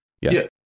Yes